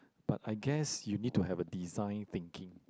but I guess you need to have a design thinking